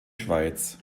schweiz